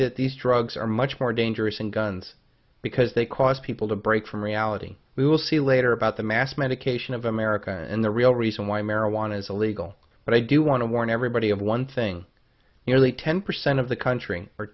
that these drugs are much more dangerous in guns because they cause people to break from reality we will see later about the mass medication of america and the real reason why marijuana is illegal but i do want to warn everybody of one thing nearly ten percent of the country or